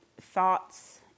thoughts